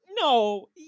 no